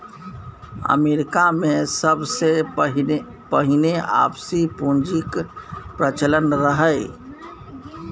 अमरीकामे सबसँ पहिने आपसी पुंजीक प्रचलन रहय